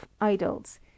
idols